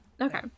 okay